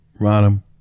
Rodham